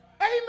Amen